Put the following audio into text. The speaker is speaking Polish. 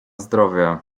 zdrowie